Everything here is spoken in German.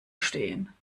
stehen